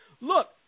look